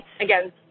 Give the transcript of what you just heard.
again